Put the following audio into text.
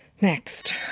Next